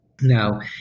Now